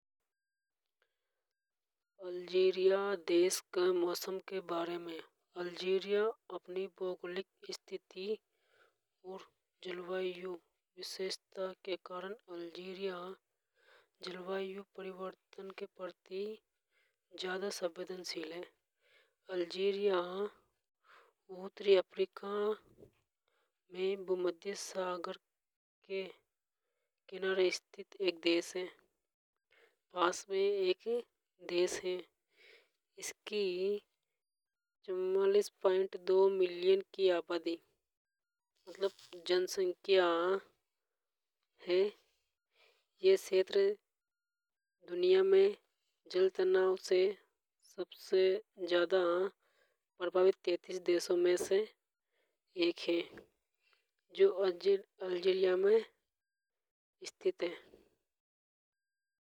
अल्जीरिया देश के मौसम के बारे में अल्जीरिया अपनी भौगालिक स्थिति और जलवायु विशेषता के कारण अल्जीरिया जलवायु परिवर्तन के प्रति ज्यादा संवेदनशील हैं। अल्जीरिया उतरी अफ्रीका में भूमध्य सागर के किनारे स्थित एक देश हे पास में एक देश है। इसकी चवालीस प्वाइंट दो मिलियन की आबादी मतलब जनसंख्या हे यह क्षेत्र दुनिया में जल तनाव से सबसे ज्यादा प्रभावित तैतीस देशों में से एक हे जो अल्जीरिया में स्थित है।